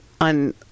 on